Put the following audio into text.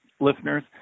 listeners